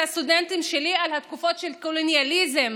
הסטודנטים שלי על התקופות של הקולוניאליזם